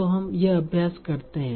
तो हम यह अभ्यास करते हैं